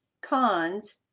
cons